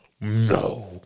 No